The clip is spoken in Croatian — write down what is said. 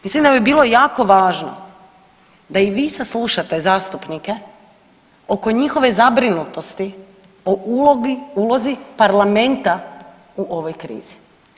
Mislim da bi bilo jako važno da i vi saslušate zastupnike oko njihove zabrinutosti o ulozi Parlamenta u ovoj krizi.